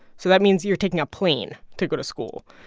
so that means you're taking a plane to go to school.